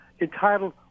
entitled